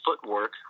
footwork